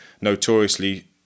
notoriously